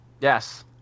Yes